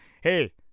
hey